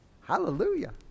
Hallelujah